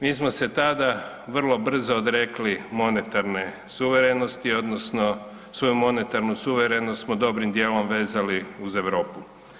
Mi smo se tada vrlo brzo odrekli monetarne suverenosti odnosno svoju monetarnu suverenost smo dobrim dijelom vezali uz Europu.